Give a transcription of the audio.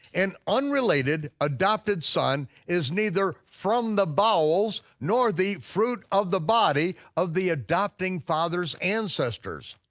an unrelated, adopted son is neither from the bowels nor the fruit of the body of the adopting father's ancestors.